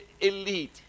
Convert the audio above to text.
elite